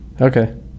Okay